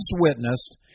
witnessed